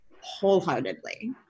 wholeheartedly